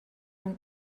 and